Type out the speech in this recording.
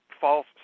false